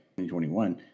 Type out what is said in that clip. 2021